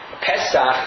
Pesach